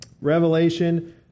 Revelation